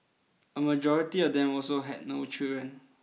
a majority of them also had no children